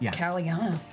yeah calianna,